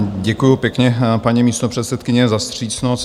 Děkuju pěkně, paní místopředsedkyně, za vstřícnost.